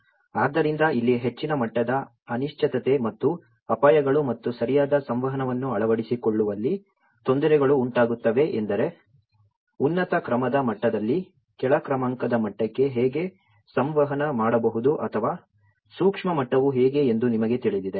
ಆದ್ದರಿಂದ ಇಲ್ಲಿ ಹೆಚ್ಚಿನ ಮಟ್ಟದ ಅನಿಶ್ಚಿತತೆ ಮತ್ತು ಅಪಾಯಗಳು ಮತ್ತು ಸರಿಯಾದ ಸಂವಹನವನ್ನು ಅಳವಡಿಸಿಕೊಳ್ಳುವಲ್ಲಿ ತೊಂದರೆಗಳು ಉಂಟಾಗುತ್ತವೆ ಎಂದರೆ ಉನ್ನತ ಕ್ರಮದ ಮಟ್ಟದಲ್ಲಿ ಕೆಳ ಕ್ರಮಾಂಕದ ಮಟ್ಟಕ್ಕೆ ಹೇಗೆ ಸಂವಹನ ಮಾಡಬಹುದು ಅಥವಾ ಸೂಕ್ಷ್ಮ ಮಟ್ಟವು ಹೇಗೆ ಎಂದು ನಿಮಗೆ ತಿಳಿದಿದೆ